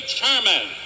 Chairman